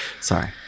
Sorry